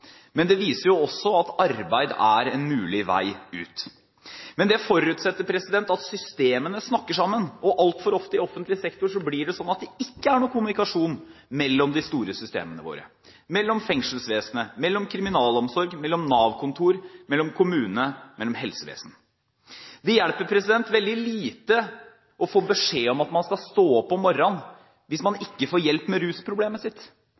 at arbeid er en mulig vei ut. Men det forutsetter at systemene snakker sammen. Altfor ofte i offentlig sektor er det ikke noen kommunikasjon mellom de store systemene våre som: fengselsvesenet, kriminalomsorgen, Nav-kontorene, kommunene og helsevesenet. Det hjelper veldig lite å få beskjed om at man skal «stå opp om morran» hvis man ikke får hjelp med rusproblemet sitt.